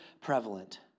prevalent